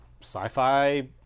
sci-fi